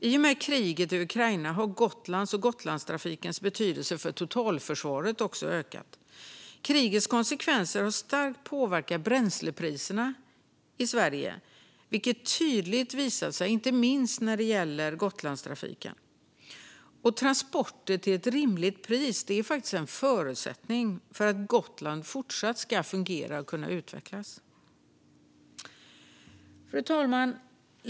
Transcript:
I och med kriget i Ukraina har Gotlands och Gotlandstrafikens betydelse för totalförsvaret också ökat. Krigets konsekvenser har starkt påverkat bränslepriserna i Sverige. Detta har tydligt visat sig, inte minst när det gäller Gotlandstrafiken. Transporter till ett rimligt pris är en förutsättning för att Gotland fortsatt ska fungera och kunna utvecklas. Fru talman!